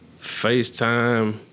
FaceTime